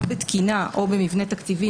או בתקינה או במבנה תקציבי,